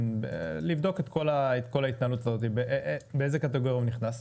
לבדוק את כל ההתנהלות הזו אז באיזו קטגוריה הוא נכנס?